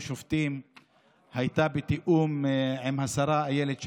שופטים הייתה בתיאום עם השרה אילת שקד.